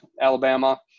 Alabama